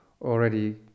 already